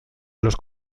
los